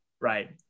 Right